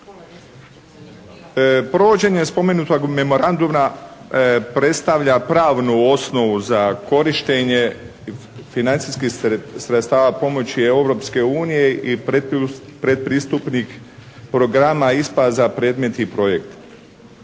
Provođenje spomenutog Memoranduma predstavlja pravnu osnovu za korištenje financijskih sredstava pomoći Europske unije i pretpristupnih programa ISPA za predmetni projekt.